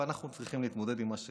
ואנחנו צריכים להתמודד עם מה שיש.